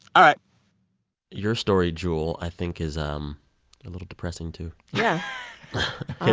all right your story, jule, i think is um a little depressing too yeah